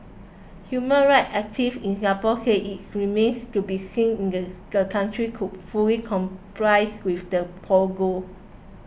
human rights activists in Singapore said it remains to be seen the country could fully complies with the protocol